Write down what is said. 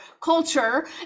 culture